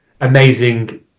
amazing